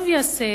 טוב יעשו